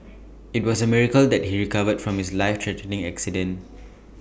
IT was A miracle that he recovered from his life threatening accident